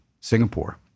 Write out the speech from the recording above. Singapore